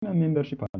membership